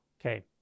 Okay